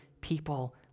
people